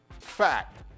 fact